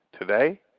Today